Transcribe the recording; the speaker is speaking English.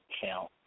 count